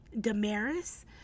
Damaris